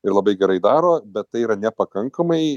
ir labai gerai daro bet tai yra nepakankamai